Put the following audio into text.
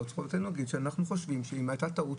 לומר שאנחנו חושבים שאם הייתה טעות,